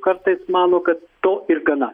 kartais mano kad to ir gana